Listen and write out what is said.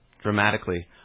dramatically